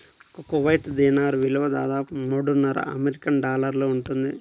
ఒక కువైట్ దీనార్ విలువ దాదాపు మూడున్నర అమెరికన్ డాలర్లు ఉంటుంది